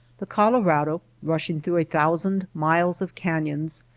the colorado rush ing through a thousand miles of canyons,